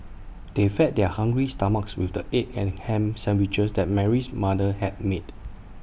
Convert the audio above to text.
they fed their hungry stomachs with the egg and Ham Sandwiches that Mary's mother had made